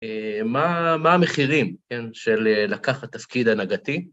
מה המחירים של לקחת תפקיד הנהגתי?